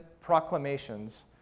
Proclamations